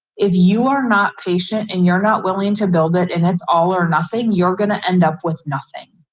if you are not patient and you're not willing to build it and it's all or nothing, you're gonna end up with nothing.